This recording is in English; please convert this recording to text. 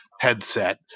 headset